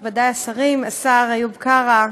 נכבדי השרים, השר איוב קרא,